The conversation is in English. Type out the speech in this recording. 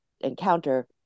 encounter